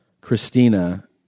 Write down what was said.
Christina